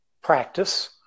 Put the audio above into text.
practice